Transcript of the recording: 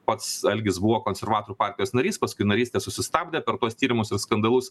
pats algis buvo konservatorių partijos narys paskui narystę susitabdė per tuos tyrimus ir skandalus